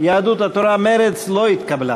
יהדות התורה ומרצ לא התקבלה.